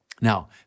Now